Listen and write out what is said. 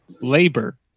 labor